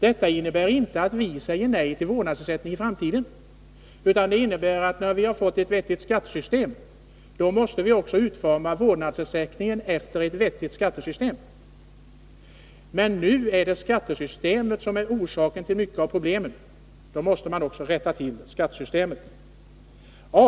Detta innebär inte att vi säger nej till en vårdnadsersättning i framtiden. När vi fått ett vettigt skattesystem måste vi också utforma vårdnadsersättningen efter det systemet. Men nu är skattesystemet orsak till mycket av problemen, och då måste vi också rätta till skattesystemet.